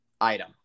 item